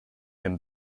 him